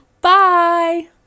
Bye